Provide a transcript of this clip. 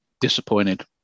disappointed